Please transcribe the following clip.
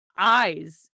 Eyes